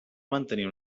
mantenir